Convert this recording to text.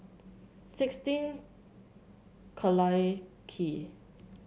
sixteen Collyer Quay